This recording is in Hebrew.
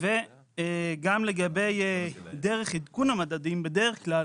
גם לגבי דרך עדכון המדדים, בדרך כלל